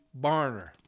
Barner